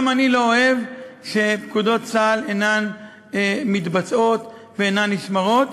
גם אני לא אוהב שפקודות צה"ל אינן מתבצעות ואינן נשמרות,